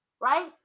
right